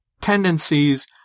tendencies